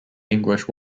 english